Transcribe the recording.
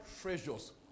treasures